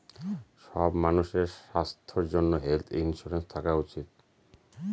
সব মানুষের স্বাস্থ্যর জন্য হেলথ ইন্সুরেন্স থাকা উচিত